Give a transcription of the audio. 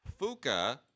Fuka